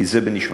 כי זה בנשמתנו.